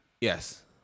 Yes